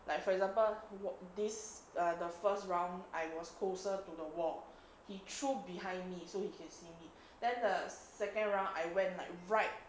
like for example what this the first round I was closer to the wall he threw behind me so he can see me then the second round I went like right